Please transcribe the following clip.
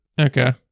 Okay